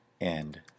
End